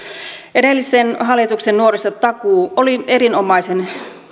edellisen hallituksen nuorisotakuu oli erinomaisen